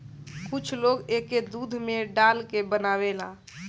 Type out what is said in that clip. कुछ लोग एके दूध में डाल के बनावेला